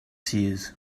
seers